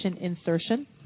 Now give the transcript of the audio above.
insertion